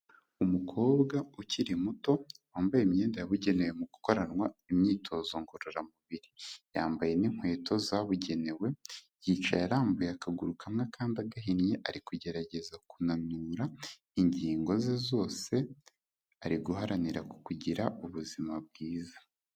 Umukobwa ukiri muto wambaye imyenda yabugenewe mu gukoranwa imyitozo ngororamubiri, yambaye n'inkweto zabugenewe, yicaye arambuye akaguru kamwe akandi agahinnye, ari kugerageza kunanura ingingo ze zose, ari guharanira kugira ubuzima bwiza.